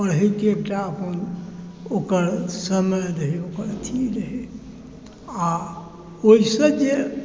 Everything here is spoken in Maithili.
पढ़यक एकटा अपन ओकर समय रहै ओकर अथी रहै आ ओहिसॅं जे